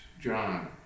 john